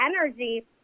energy